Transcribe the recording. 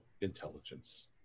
intelligence